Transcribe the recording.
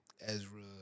Ezra